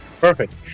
Perfect